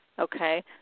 Okay